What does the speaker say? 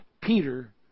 Peter